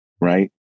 Right